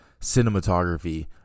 cinematography